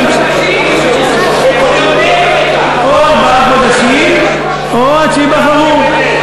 או ארבעה חודשים או עד שייבחרו.